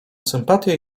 sympatię